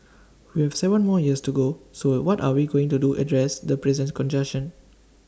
we have Seven more years to go so what are we doing to address the presence congestion